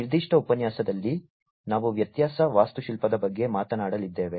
ಈ ನಿರ್ದಿಷ್ಟ ಉಪನ್ಯಾಸದಲ್ಲಿ ನಾವು ವ್ಯತ್ಯಾಸ ವಾಸ್ತುಶಿಲ್ಪದ ಬಗ್ಗೆ ಮಾತನಾಡಲಿದ್ದೇವೆ